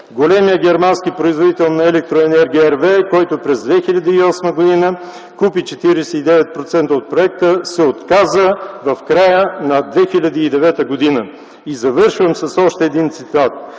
Големият германски производител на електроенергия RWE, който през 2008 г. купи 49% от проекта, се отказа в края на 2009 г.”. Завършвам с още един цитат: